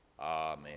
Amen